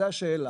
זו השאלה.